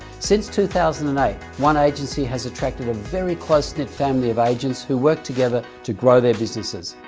since two thousand and eight, one agency has attracted a very close-knit family of agents, who work together to grow their businesses.